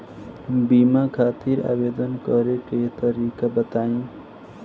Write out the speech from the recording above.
बीमा खातिर आवेदन करे के तरीका बताई?